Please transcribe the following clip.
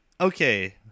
okay